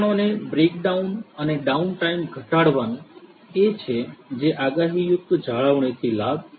ઉપકરણોને બ્રેકડાઉન અને ડાઉનટાઇમ ઘટાડવાનું એ છે જે આગાહીયુક્ત જાળવણીથી લાભ થશે